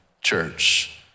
church